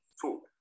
food